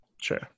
Sure